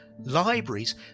libraries